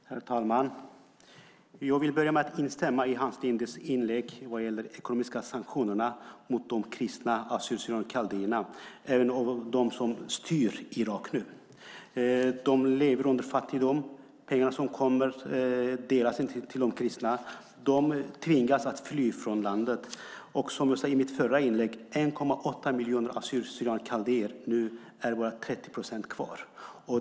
Herr talman! Jag vill börja med att instämma i Hans Lindes inlägg vad gäller de ekonomiska sanktionerna mot de kristna assyrierna kaldéerna av dem som styr Irak nu. Dessa lever under fattigdom. Pengarna som kommer delas inte ut till de kristna. De tvingas att fly från landet. Som jag sade i mitt förra inlägg är av 1,8 miljoner assyrier kaldéer bara 30 procent kvar.